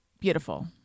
beautiful